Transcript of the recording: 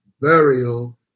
burial